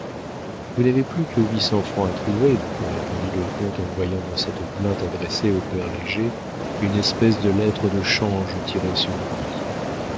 vous n'avez plus que huit cents francs à trouver répondit le comte en voyant dans cette plainte adressée au père léger une espèce de lettre de change tirée sur lui